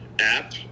app